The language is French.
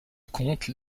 conte